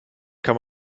kann